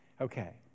Okay